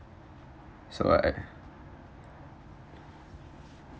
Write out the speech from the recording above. so I